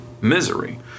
misery